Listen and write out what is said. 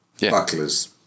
bucklers